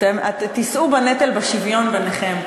תישאו בנטל בשוויון ביניכם,